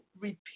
repeat